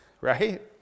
Right